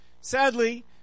Sadly